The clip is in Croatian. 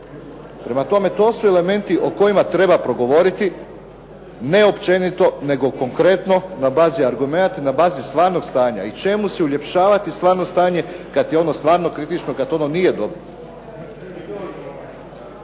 Prema tome, to su elementi o kojima treba progovoriti, ne općenito nego konkretno na bazi argumenata, na bazi stvarnog stanja. I čemu si uljepšavati stvarno stanje kad je ono stvarno kritično, kad ono nije dobro.